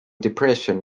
depression